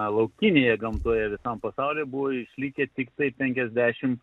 laukinėje gamtoje visam pasauly buvo išlikę tiktai penkiasdešimt